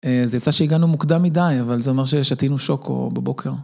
זה יצא שהגענו מוקדם מדי, אבל זה אומר ששתינו שוקו בבוקר.